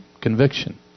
Conviction